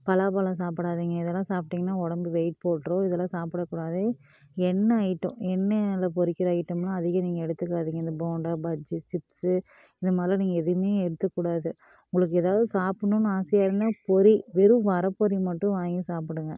பலாப்பழம் சாப்பிடாதிங்க இதெல்லாம் சாப்பிட்டிங்கன்னா உடம்பு வெயிட் போட்டுரும் இதெல்லாம் சாப்பிடக்கூடாது எண்ணெய் ஐட்டம் எண்ணெயால் பொரிக்கிற ஐட்டமெலாம் அதிகம் நீங்கள் எடுத்துக்காதீங்க இந்த போண்டா பஜ்ஜி சிப்ஸு இந்த மாதிரிலாம் நீங்கள் எதுவுமே எடுத்துக்கக்கூடாது உங்களுக்கு ஏதாவது சாப்பிட்ணுன்னு ஆசையாக இருந்தால் பொரி வெறும் வரப்பொரி மட்டும் வாங்கி சாப்பிடுங்க